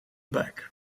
back